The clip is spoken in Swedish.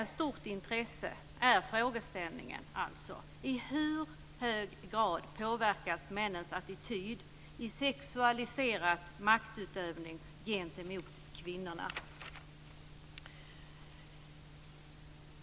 Av stort intresse är frågeställningen: I hur hög grad påverkas männens attityd av sexualiserad maktutövning gentemot kvinnorna?